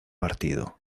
partido